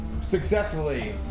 Successfully